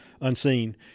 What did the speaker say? unseen